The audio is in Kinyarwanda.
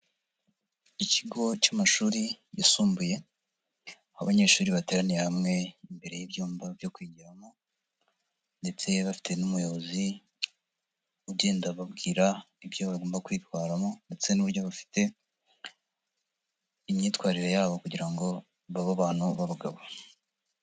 Ikigo cy'amashuri yisumbuye, aho abanyeshuri bateraniye hamwe imbere y'ibyumba byo kwigiramo ndetse bafite n'umuyobozi ugenda ababwira ibyo bagomba kwitwaramo ndetse n'uburyo bafite imyitwarire yabo kugira ngo babe abantu b'abagabo.